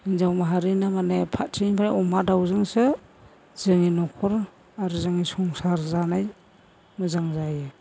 हिनजाव माहारिना माने फारसेनिफ्राय अमा दाउजोंसो जोंनि न'खर आरो जोंनि संसार जानाय मोजां जायो